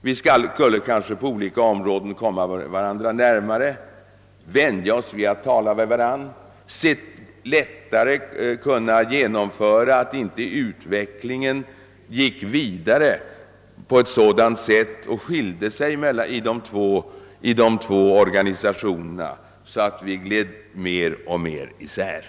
Vi skulle därigenom komma varandra närmare, vänja oss vid att tala med varandra och lättare kunna åstadkomma att utvecklingen inte blev sådan att de två organisationerna gled mer och mer isär.